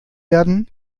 werden